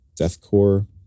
deathcore